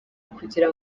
kugira